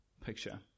picture